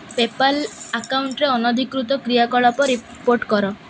pay Pal ଆକାଉଣ୍ଟରେ ଅନଧିକୃତ କ୍ରିୟାକଳାପ ରିପୋର୍ଟ କର